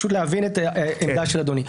פשוט להבין את העמדה של אדוני.